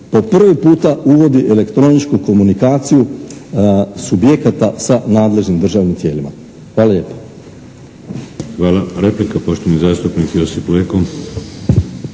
po prvi puta uvodi elektroničku komunikaciju subjekata sa nadležnim državnim tijelima. Hvala lijepa. **Šeks, Vladimir (HDZ)** Hvala. Replika, poštovani zastupnik Josip Leko.